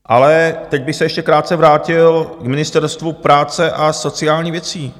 Ale teď bych se ještě krátce vrátil k Ministerstvu práce a sociální věcí.